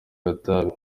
agatabi